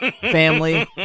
family